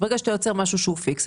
ברגע שאתה יוצר משהו שהוא פיקס,